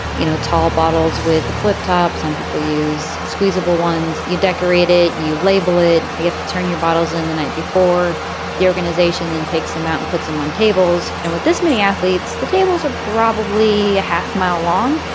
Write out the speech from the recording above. you know, tall bottles with a flip top. some people use squeezable ones. you decorate it, you label it. you have to turn your bottles in the night before the organization, then takes a mountain, puts them on tables. and with this many athletes, the tables are probably a half mile long,